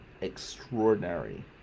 extraordinary